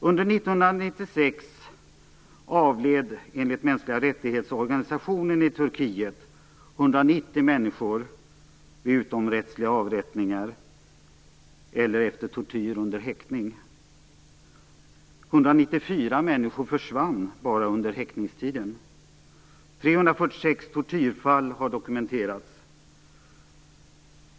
Under 1996 avled, enligt organisationen för mänskliga rättigheter i Turkiet, 190 människor vid utomrättsliga avrättningar eller efter tortyr under häktning. 194 människor försvann bara under häktningstiden. 346 tortyrfall har dokumenterats.